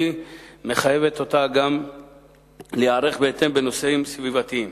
מחייבת אותה גם להיערך בהתאם בנושאים סביבתיים.